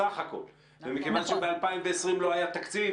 בסך הכול ומכיוון שב-2020 לא היה תקציב,